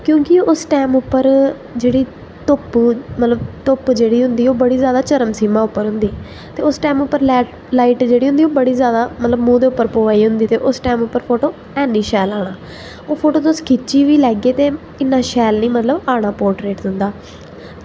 क्योंकि उस टैम उप्पर जेह्ड़ी धुप्प मतलब धुप्प जेह्ड़ी होंदी ओह् बड़ी जादा चरम सीमा पर होंदी ते उस टैम उप्पर लाइट जेह्ड़ी होंदी ओह् बड़ी जादा मतलब मुंह् दे उप्पर प'वा दी होंदी ते उस टैम उप्पर फोटो ऐनी शैल आना ओह् फोटो तुस खिच्ची बी लैगे ते इ'न्ना शैल निं मतलब आना मतलब पोर्ट्रेट तुं'दा